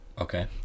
Okay